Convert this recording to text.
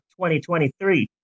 2023